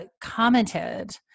commented